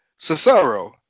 Cesaro